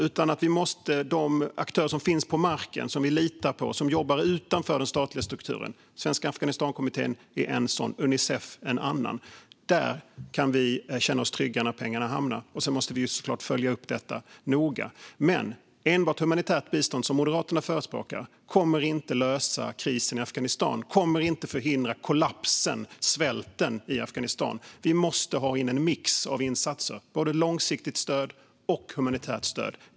I stället måste vi använda oss av de aktörer som finns på marken, som vi litar på och som jobbar utanför den statliga strukturen. Svenska Afghanistankommittén är en sådan, Unicef är en annan. När pengarna hamnar där kan vi känna oss trygga. Sedan måste vi såklart följa upp detta noga. Att enbart ge humanitärt bistånd, som Moderaterna förespråkar, kommer inte att lösa krisen i Afghanistan och kommer inte att förhindra kollapsen och svälten i Afghanistan. Vi måste ha in en mix av insatser, både långsiktigt stöd och humanitärt stöd.